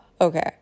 okay